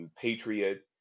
patriot